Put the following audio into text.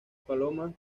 palomas